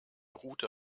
route